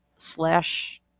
slash